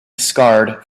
scarred